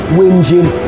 whinging